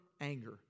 anger